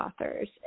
authors